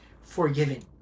forgiven